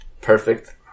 perfect